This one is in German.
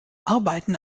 arbeiten